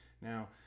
Now